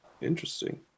interesting